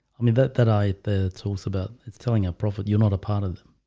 i mean that that i bear talks about it's telling our prophet you're not a part of them.